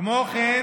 כמו כן,